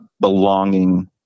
belonging